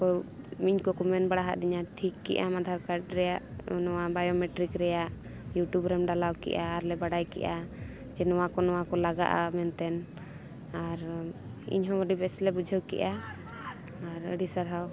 ᱤᱧ ᱠᱚᱠᱚ ᱢᱮᱱ ᱵᱟᱲᱟ ᱟᱠᱟᱫᱤᱧᱟ ᱴᱷᱤᱠ ᱠᱮᱫᱼᱟᱢ ᱟᱫᱷᱟᱨ ᱠᱟᱨᱰ ᱨᱮᱭᱟᱜ ᱱᱚᱣᱟ ᱵᱟᱭᱳᱢᱮᱴᱨᱤᱠ ᱨᱮᱭᱟᱜ ᱤᱭᱩᱴᱩᱵᱽ ᱨᱮᱢ ᱰᱟᱞᱟᱣ ᱠᱮᱫᱼᱟ ᱟᱨ ᱞᱮ ᱵᱟᱰᱟᱭ ᱠᱮᱫᱼᱟ ᱡᱮ ᱱᱚᱣᱟ ᱠᱚ ᱱᱚᱣᱟ ᱠᱚ ᱞᱟᱜᱟᱜᱼᱟ ᱢᱮᱱᱛᱮ ᱟᱨ ᱤᱧᱦᱚᱸ ᱟᱹᱰᱤ ᱵᱮᱥ ᱞᱮ ᱵᱩᱡᱷᱟᱹᱣ ᱠᱮᱫᱼᱟ ᱟᱨ ᱟᱹᱰᱤ ᱥᱟᱨᱦᱟᱣ